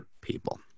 people